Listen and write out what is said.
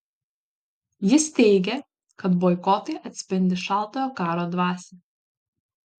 jis teigė kad boikotai atspindi šaltojo karo dvasią